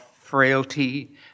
frailty